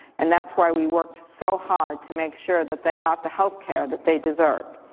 and that's why we worked so hard to make sure that they got the health care that they deserve.